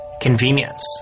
Convenience